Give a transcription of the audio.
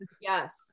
Yes